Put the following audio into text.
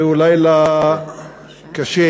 זהו לילה קשה,